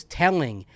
telling